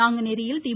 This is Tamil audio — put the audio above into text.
நாங்குநேரியில் தி